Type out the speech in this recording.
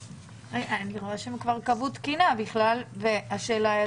אני רואה שהם כבר קבעו תקינה והשאלה אם